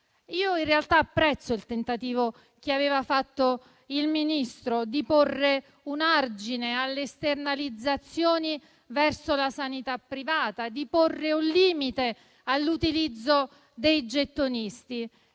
In realtà, io apprezzo il tentativo che aveva fatto il Ministro, volto a porre un argine all'esternalizzazione verso la sanità privata e un limite all'utilizzo dei gettonisti.